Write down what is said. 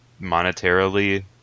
monetarily